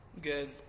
good